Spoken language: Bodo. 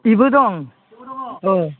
बिबो दं औ